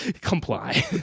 comply